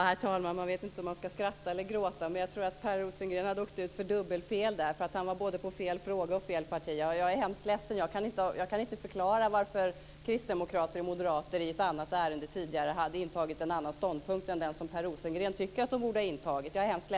Herr talman! Man vet inte om man ska skratta eller gråta, men jag tror att Per Rosengren skulle ha avbrutits för dubbelfel. Han var inne både på fel fråga och på fel parti. Jag är hemskt ledsen, men jag kan inte förklara varför kristdemokrater och moderater tidigare i ett annat ärende intagit en annan ståndpunkt än den som Per Rosengren tycker att de borde ha intagit.